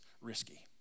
risky